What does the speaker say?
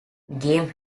game